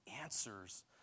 answers